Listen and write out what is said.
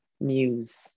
muse